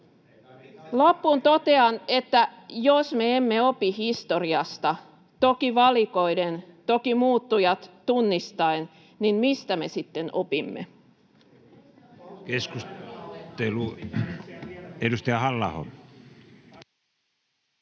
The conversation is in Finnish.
Loppuun totean: jos me emme opi historiasta — toki valikoiden, toki muuttujat tunnistaen — niin mistä me sitten opimme?